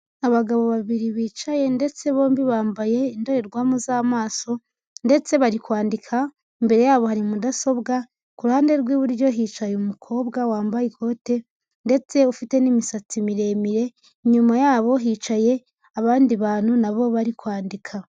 Abagabo babiri bicaye ndetse bombi bambaye indorerwamo z'amaso, ndetse bari kwandika, imbere yabo hari mudasobwa, ku ruhande rw'iburyo hicaye umukobwa wambaye ikote ndetse ufite n'imisatsi miremire, inyuma yabo hicaye abandi bantu na bo bari kwandika.